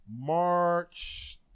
March